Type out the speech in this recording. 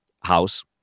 house